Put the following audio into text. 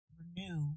renew